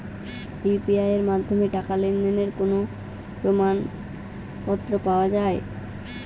UPI এর মাধ্যমে টাকা লেনদেনের কোন কি প্রমাণপত্র পাওয়া য়ায়?